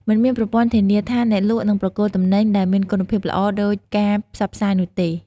មិនមានប្រព័ន្ធធានាថាអ្នកលក់នឹងប្រគល់ទំនិញដែលមានគុណភាពល្អដូចការផ្សព្វផ្សាយនោះទេ។